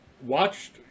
watched